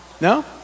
no